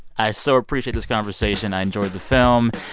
i so appreciate this conversation. i enjoyed the film.